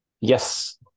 yes